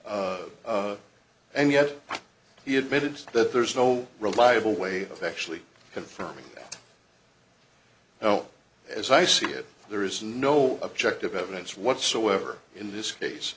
child and yet he admitted that there's no reliable way of actually confirming that now as i see it there is no objective evidence whatsoever in this case